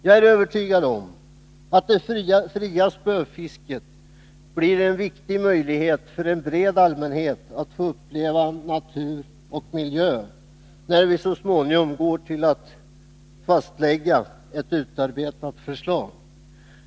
Jag är övertygad om att det fria spöfisket blir en viktig möjlighet för en bred allmänhet att få uppleva natur och miljö, när vi så småningom går till att fastlägga ett utarbetat förslag.